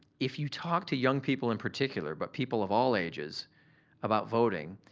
if you talk to young people in particular but people of all ages about voting,